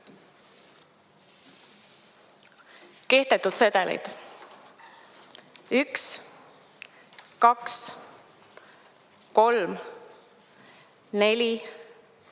Kehtetud sedelid: 1, 2, 3, 4,